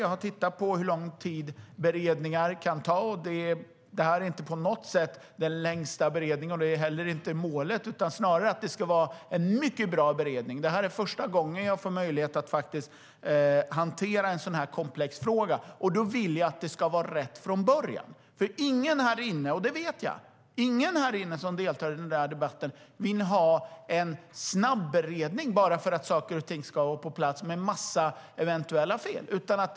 Jag har tittat på hur lång tid beredningar kan ta, och det här är inte på något sätt den längsta beredningen. Det är heller inte målet. Målet är snarare att det ska vara en mycket bra beredning. Det är första gången jag får möjlighet att hantera en sådan här komplex fråga, och då vill jag att det ska bli rätt från början. Jag vet att ingen här inne som deltar i debatten vill ha en snabb beredning bara för att saker och ting ska komma på plats, eventuellt med en massa fel.